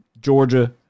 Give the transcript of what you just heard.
Georgia